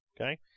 Okay